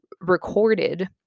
recorded